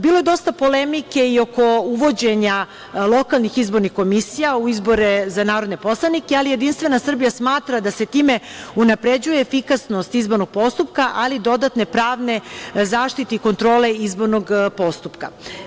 Bilo je dosta polemike i oko uvođenja lokalnih izbornih komisija u izbore za narodne poslanike, ali JS smatra da se time unapređuje efikasnost izbornog postupka, ali i dodatne pravne zaštite i kontrole izbornog postupka.